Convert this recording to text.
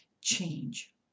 Change